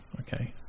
okay